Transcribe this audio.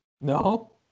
No